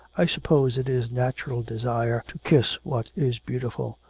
i suppose it is natural desire to kiss what is beautiful.